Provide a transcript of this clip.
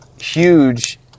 huge